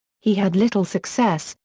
he had little success,